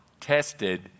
tested